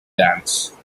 dance